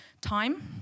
Time